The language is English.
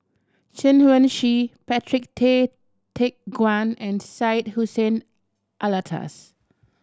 Chen Wen Hsi Patrick Tay Teck Guan and Syed Hussein Alatas